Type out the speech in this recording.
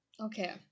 okay